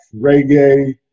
reggae